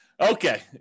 Okay